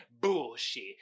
bullshit